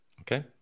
Okay